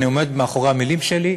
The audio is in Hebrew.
אני עומד מאחורי המילים שלי,